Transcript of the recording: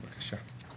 בבקשה.